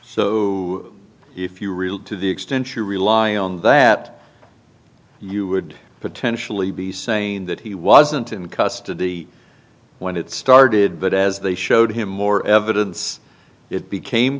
so if you real to the extent you rely on that you would potentially be saying that he wasn't in custody when it started but as they showed him more evidence it became